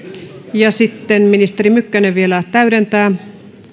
sitten ministeri mykkänen vielä täydentää